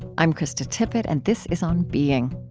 i'm krista tippett, and this is on being